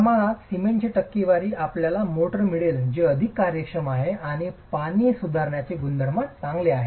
प्रमाणात सिमेंट टक्केवारी आपल्याला मोर्टार मिळेल जे अधिक कार्यक्षम आहेत आणि पाणी सुधारण्याचे गुणधर्म चांगले आहेत